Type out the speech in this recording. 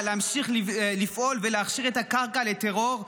להמשיך ולפעול ולהכשיר את הקרקע לטרור,